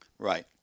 Right